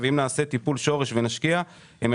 ואם נעשה טיפול שורש ונשקיע בהן,